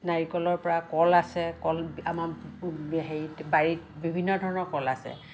নাৰিকলৰপৰা কল আছে কল আমাৰ হেৰিত বাৰীত বিভিন্ন ধৰণৰ কল আছে